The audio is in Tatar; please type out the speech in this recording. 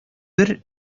бер